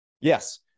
Yes